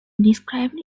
described